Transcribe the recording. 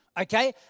Okay